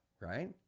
right